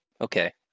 okay